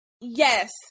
Yes